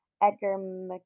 Edgar